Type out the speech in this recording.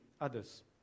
others